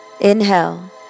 Inhale